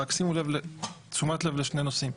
רק תשומת לב לשני נושאים.